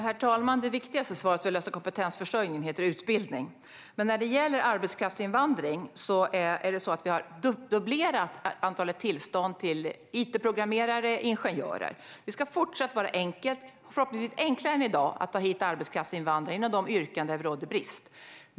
Herr talman! Det viktigaste svaret för att lösa kompetensförsörjningen heter utbildning. När det gäller arbetskraftsinvandring är det så att vi har dubblerat antalet tillstånd till it-programmerare och ingenjörer. Det ska fortsatt vara enkelt, förhoppningsvis enklare än i dag, med arbetskraftsinvandring inom de yrken där det råder brist.